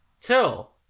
Till